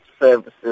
services